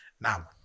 Now